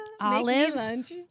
olives